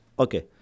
Okay